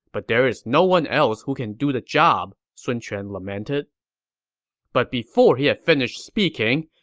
but there's no one else who can do the job, sun quan lamented but before he had finished speaking,